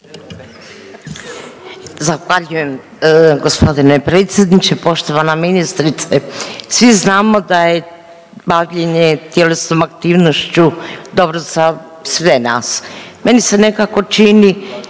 Zahvaljujem gospodine predsjedniče, poštovana ministrice. Svi znamo da je bavljenje tjelesnom aktivnošću dobro za sve nas. Meni se nekako čini